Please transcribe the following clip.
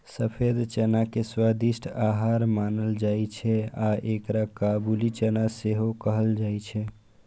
सफेद चना के स्वादिष्ट आहार मानल जाइ छै आ एकरा काबुली चना सेहो कहल जाइ छै